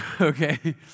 okay